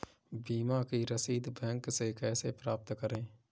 बीमा की रसीद बैंक से कैसे प्राप्त करें?